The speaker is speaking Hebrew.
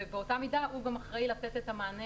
ובאותה מידה הוא גם אחראי לתת את המענה